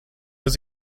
was